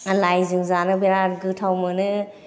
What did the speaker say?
लाइजों जानो बेराट गोथाव मोनो